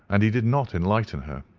and he did not enlighten her.